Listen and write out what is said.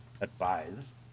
advise